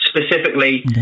Specifically